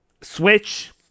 Switch